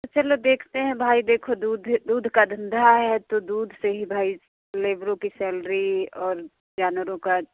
तो चलो देखते हैं भाई देखो दूध दूध का धंधा है तो दूध से ही भाई लेबरों की सैलरी और जानवरों का